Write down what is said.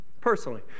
personally